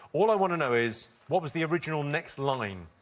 what i want to know is, what was the original next line.